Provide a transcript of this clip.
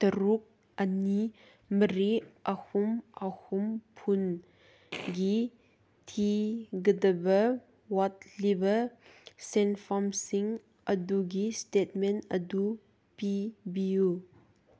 ꯇꯔꯨꯛ ꯑꯅꯤ ꯃꯔꯤ ꯑꯍꯨꯝ ꯑꯍꯨꯝ ꯐꯨꯟꯒꯤ ꯊꯤꯒꯗꯕ ꯋꯥꯠꯂꯤꯕ ꯁꯦꯟꯐꯝꯁꯤꯡ ꯑꯗꯨꯒꯤ ꯏꯁꯇꯦꯠꯃꯦꯟ ꯑꯗꯨ ꯄꯤꯕꯤꯎ